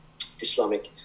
Islamic